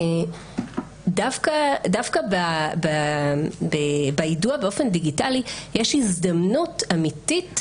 דווקא ביידוע באופן דיגיטלי יש הזדמנות אמיתית